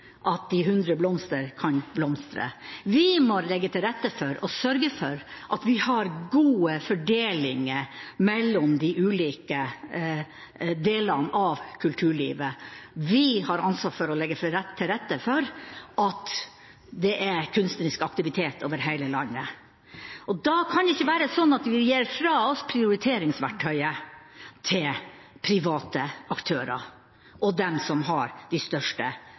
at de hundre blomster kan blomstre. Vi må legge til rette for, og sørge for, at vi har gode fordelinger mellom de ulike delene av kulturlivet. Vi har ansvar for å legge til rette for at det er kunstnerisk aktivitet over hele landet. Da kan det ikke være sånn at vi gir fra oss prioriteringsverktøyet til private aktører og dem som har de største